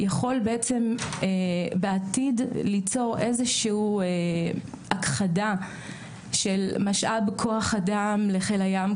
יכול בעצם בעתיד להביא לאיזו שהיא הכחדה של משאב כוח אדם לחיל הים,